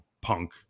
punk